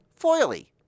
foily